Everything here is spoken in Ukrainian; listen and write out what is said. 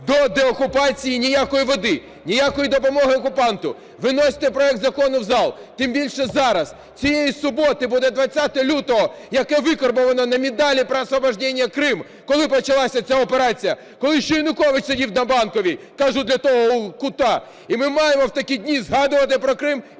До деокупації ніякої води, ніякої допомоги окупанту! Виносьте проект закону в зал, тим більше зараз. Цієї суботи буде 20 лютого, яке викарбовано на медалі "про освобождение Крыма". Коли почалася ця операція? Коли ще Янукович сидів на Банковій. Кажу для того кута. І ми маємо в такі дні згадувати про Крим і боронити